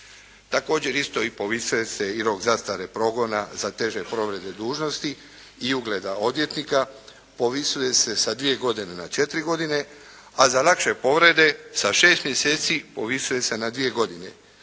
Također isto i povise se i rok zastare progona za teže povrede dužnosti i ugleda odvjetnika, povisuje se sa dvije godine na četiri godine, a za lakše povrede sa šest mjeseci povisuje se na dvije godine,